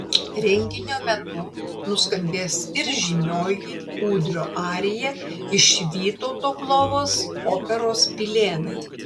renginio metu nuskambės ir žymioji ūdrio arija iš vytauto klovos operos pilėnai